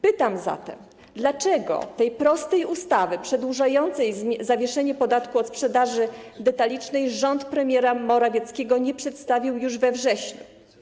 Pytam zatem: Dlaczego tej prostej ustawy przedłużającej zawieszenie podatku od sprzedaży detalicznej rząd premiera Morawieckiego nie przedstawił już we wrześniu?